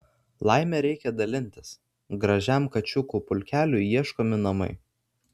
laime reikia dalintis gražiam kačiukų pulkeliui ieškomi namai